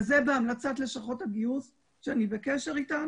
וזה בהמלצת לשכות הגיוס שאני בקשר אתן